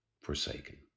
forsaken